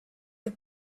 the